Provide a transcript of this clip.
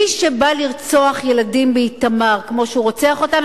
מי שבא לרצוח ילדים באיתמר כמו שהוא רוצח אותם,